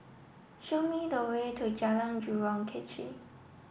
show me the way to Jalan Jurong Kechil